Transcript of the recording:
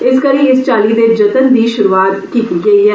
इस करी इस चाल्ली दे जत्न दी शुरूआत कीती गेई ऐ